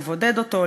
לבודד אותו,